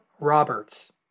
roberts